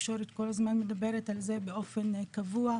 התקשורת כל הזמן מדברת על זה באופן קבוע,